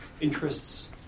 interests